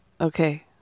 okay